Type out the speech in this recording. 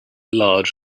large